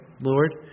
Lord